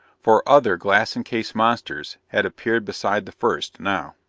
for other glass encased monsters had appeared beside the first, now.